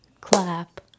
clap